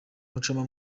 muchoma